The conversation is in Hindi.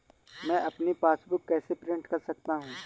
मैं अपनी पासबुक कैसे प्रिंट कर सकता हूँ?